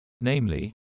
namely